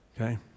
okay